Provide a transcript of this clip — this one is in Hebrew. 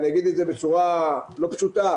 אני אגיד את זה בצורה לא פשוטה,